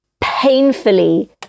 painfully